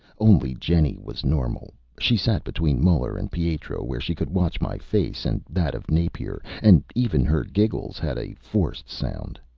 only jenny was normal she sat between muller and pietro, where she could watch my face and that of napier. and even her giggles had a forced sound.